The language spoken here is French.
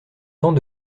temps